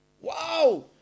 Wow